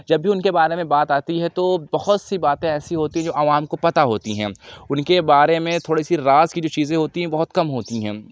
جب بھی ان کے بارے میں بات آتی ہے تو بہت سی باتیں ایسی ہوتی ہیں جو عوام کو پتہ ہوتی ہیں ان کے بارے میں تھوڑی سی راز کی جو چیزیں ہوتی ہیں بہت کم ہوتی ہیں